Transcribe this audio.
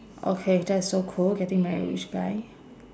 okay that's so cool getting married rich guy